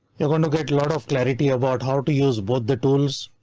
you're going to get a lot of clarity about how to use both the tools,